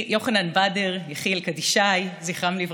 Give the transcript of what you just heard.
יוחנן בדר ויחיאל קדישאי, זכרם לברכה.